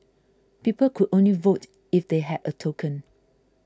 people could only vote if they had a token